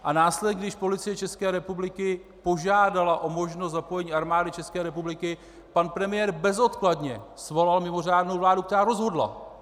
A následně když Policie České republiky požádala o možnost zapojení Armády České republiky, pan premiér bezodkladně svolal mimořádnou vládu, která rozhodla.